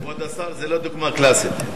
כבוד השר, זאת לא דוגמה קלאסית.